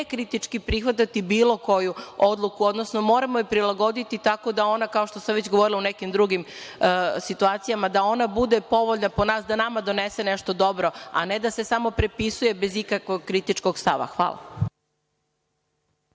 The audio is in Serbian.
kritički prihvatati bilo koju odluku, odnosno moramo je prilagoditi tako da ona kao što sam već govorila u nekim drugim situacijama, da ona bude povoljna po nas, da nama donese nešto dobro, a ne da se samo prepisuje bez ikakvog kritičkog stava. Hvala.